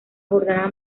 jornada